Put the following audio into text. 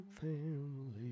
family